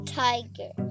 tiger